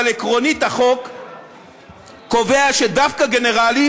אבל עקרונית החוק קובע שדווקא גנרלים